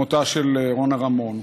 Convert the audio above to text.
מותה של רונה רמון.